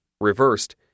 reversed